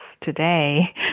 today